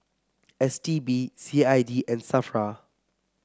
S T B C I D and Safra